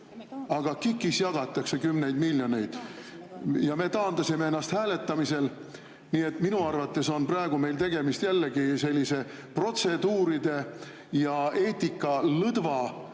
aga KIK-is jagatakse kümneid miljoneid. Ometi me taandasime ennast hääletamisel. Nii et minu arvates on meil praegu tegemist jällegi sellise protseduuride ja eetika lõdva